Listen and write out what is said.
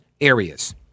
areas